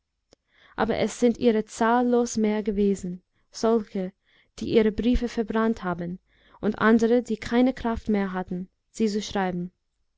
aber es sind ihrer zahllos mehr gewesen solche die ihre briefe verbrannt haben und andere die keine kraft mehr hatten sie zu schreiben